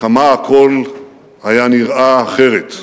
כמה הכול היה נראה אחרת.